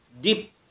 deep